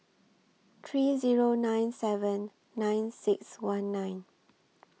three Zero nine seven nine six one nine